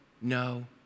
No